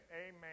amen